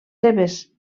seves